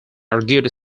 argued